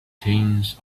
things